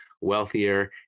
wealthier